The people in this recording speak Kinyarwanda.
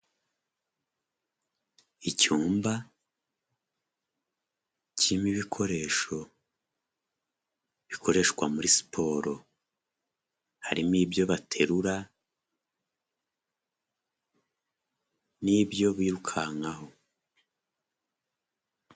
Icyumba kirimo ibikoresho bikoreshwa muri siporo harimo ibyo baterura n'ibyo birukankaho.